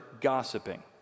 gossiping